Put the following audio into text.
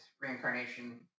reincarnation